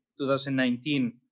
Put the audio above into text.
2019